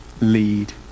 Lead